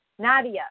Nadia